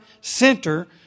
center